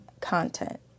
content